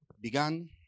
began